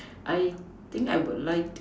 I think I would like